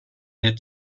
had